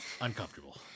Uncomfortable